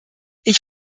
ich